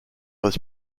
was